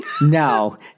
No